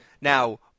Now